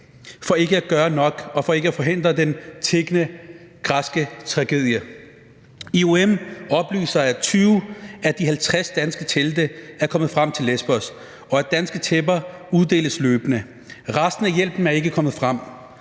for ikke at gøre nok og for ikke at forhindre den tikkende græske tragedie. IOM oplyser, at 20 af de 50 danske telte er kommet frem til Lesbos, og at danske tæpper uddeles løbende. Resten af hjælpen er ikke kommet frem.